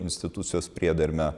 institucijos priedermę